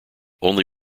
only